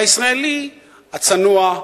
והישראלי הצנוע,